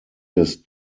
des